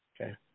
Okay